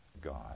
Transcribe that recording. God